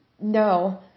No